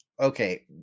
Okay